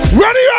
ready